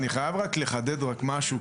אני חייב רק לחדד משהו,